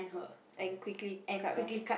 and quickly cut off